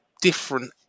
different